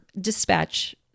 dispatch